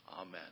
Amen